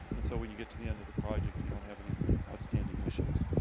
and so when you get to the end of the project, you don't have any outstanding issues.